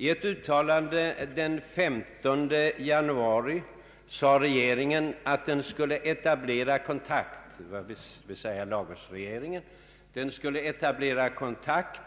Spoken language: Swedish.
I ett uttalande den 15 januari sade Lagosregeringen att den skulle etablera kontakt